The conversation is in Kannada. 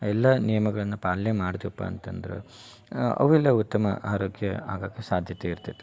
ಎಲ್ಲ ನಿಯಮಗಳನ್ನ ಪಾಲನೆ ಮಾಡ್ತೆವಪ್ಪ ಅಂತಂದ್ರ ಅವೆಲ್ಲ ಉತ್ತಮ ಆರೋಗ್ಯ ಆಗಕ್ಕೆ ಸಾಧ್ಯತೆ ಇರ್ತತಿ